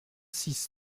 six